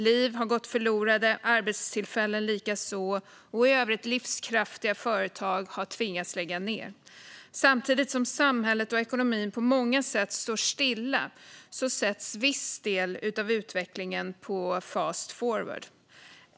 Liv har gått förlorade, arbetstillfällen likaså, och i övrigt livskraftiga företag har tvingats lägga ned. Samtidigt som samhället och ekonomin på många sätt står stilla sätts en viss del av utvecklingen på fast forward.